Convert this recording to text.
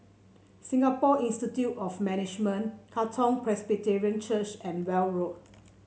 Singapore Institute of Management Katong Presbyterian Church and Weld Road